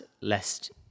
lest